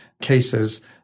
cases